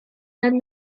than